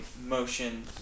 motion